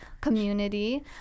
community